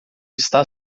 está